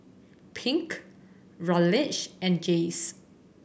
Pink Raleigh and Jace